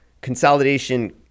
consolidation